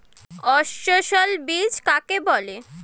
অসস্যল বীজ কাকে বলে?